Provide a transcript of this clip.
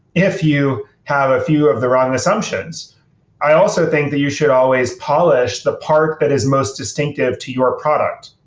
if you have a few of the wrong assumptions i also think that you should always polish the part that is most distinctive to your product.